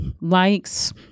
likes